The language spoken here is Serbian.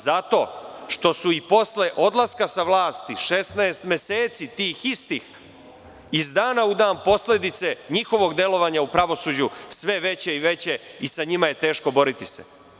Zato što su i posle odlaska sa vlasti 16 meseci tih istih, iz dana u dan posledice njihovog delovanja u pravosuđu sve veće i veće i sa njima je teško boriti se.